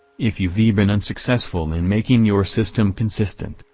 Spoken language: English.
if you ve been unsuccessful in making your system consistent,